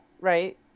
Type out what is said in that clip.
right